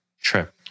trip